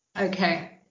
Okay